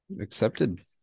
accepted